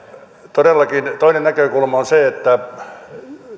todellakin toinen näkökulma on se että